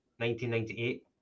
1998